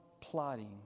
plotting